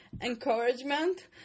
encouragement